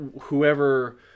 Whoever